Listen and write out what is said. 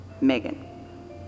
Megan